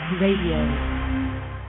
Radio